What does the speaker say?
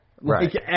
right